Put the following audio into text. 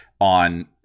on